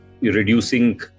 reducing